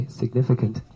significant